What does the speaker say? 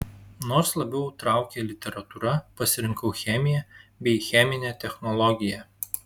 nors labiau traukė literatūra pasirinkau chemiją bei cheminę technologiją